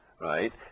right